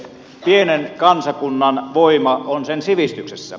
pienen kansakunnan voima on sen sivistyksessä